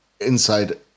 inside